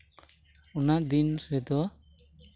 ᱚᱱᱟ ᱫᱤᱱ ᱨᱮᱫᱚ